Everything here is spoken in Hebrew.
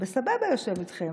בסבבה יושב איתכם.